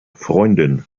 freundin